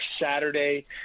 Saturday